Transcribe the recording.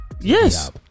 Yes